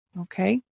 okay